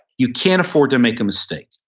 you can't afford to make a mistake.